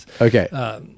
okay